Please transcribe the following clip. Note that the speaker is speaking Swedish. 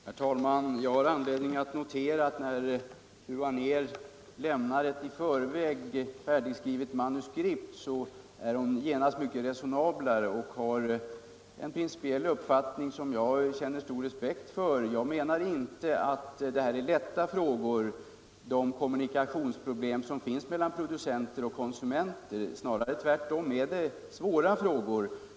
Herr talman! Jag har anledning notera att när fru Anér överger ett i förväg färdigskrivet manuskript är hon genast mycket resonablare och har en principiell uppfattning som jag känner stor respekt för. Jag menar inte att kommunikationsproblemen mellan producenter och konsumenter är lätta frågor. Snarare är det tvärtöm svåra frågor.